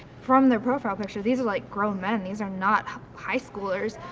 from their profile picture, these are like grown men. these are not high schoolers.